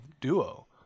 duo